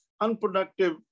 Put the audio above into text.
unproductive